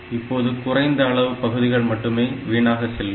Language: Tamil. இப்போது குறைந்த அளவு பகுதிகள் மட்டுமே வீணாக செல்லும்